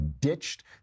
ditched